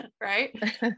Right